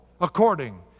according